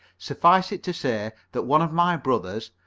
suffice it to say that one of my brothers,